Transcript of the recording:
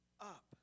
up